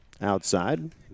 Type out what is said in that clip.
Outside